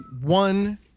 one